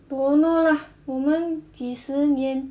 don't know lah 我们几十年